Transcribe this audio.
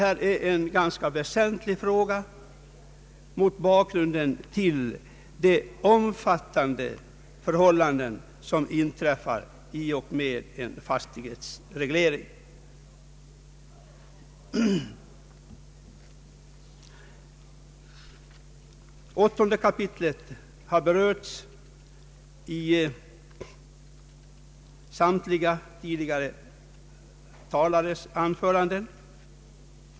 Detta är en ganska väsentlig fråga mot bakgrunden av de omfattande ingripanden som sker i samband med en fastighetsreglering. Kapitel 8 i lagen har berörts av samtliga tidigare talare.